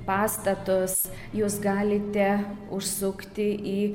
pastatus jūs galite užsukti į